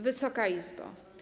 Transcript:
Wysoka Izbo!